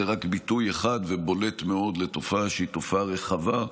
זה רק ביטוי אחד ובולט מאוד לתופעה שהיא תופעה רחבה.